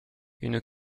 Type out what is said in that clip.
une